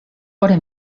fora